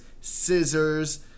scissors